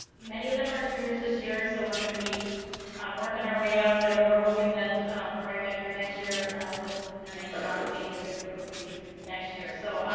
many of them are juniors this year, so we're gonna be working our way out of there, but we're hoping that we're right back here next year with their names on, maybe, a bigger trophy next year. so,